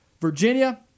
Virginia